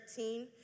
13